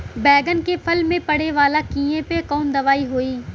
बैगन के फल में पड़े वाला कियेपे कवन दवाई होई?